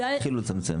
אז התחילו לצמצם.